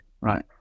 right